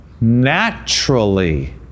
naturally